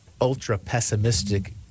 ultra-pessimistic